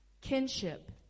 kinship